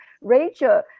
Rachel